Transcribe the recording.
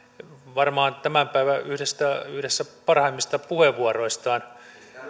varmaan yhdessä tämän päivän parhaimmista puheenvuoroistaan